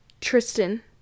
Tristan